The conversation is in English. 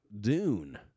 Dune